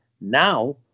Now